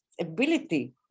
Ability